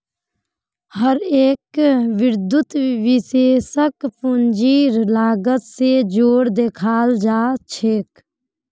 हर एक बितु निवेशकक पूंजीर लागत स जोर देखाला जा छेक